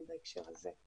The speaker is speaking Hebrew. נתונים בהקשר הזה.